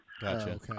Gotcha